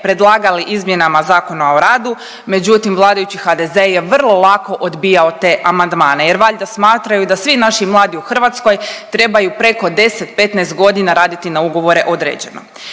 predlagali izmjenama Zakona o radu, međutim vladajući HDZ je vrlo lako odbijao te amandmane jer valjda smatraju da svi naši mladi u Hrvatskoj trebaju preko 10-15.g. raditi na ugovore određeno.